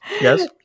Yes